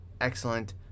excellent